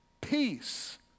peace